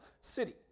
city